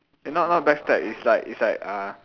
eh not not backstab it's like is like uh